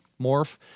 morph